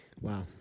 Wow